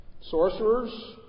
sorcerers